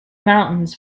mountains